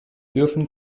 dürfen